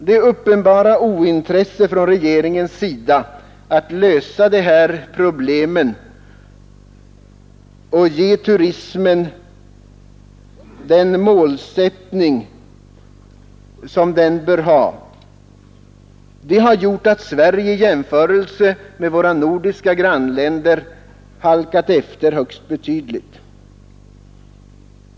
Det uppenbara ointresset från regeringens sida att lösa de här problemen och ge turismen en målsättning har gjort att Sverige i jämförelse med våra nordiska grannländer halkat efter betydligt.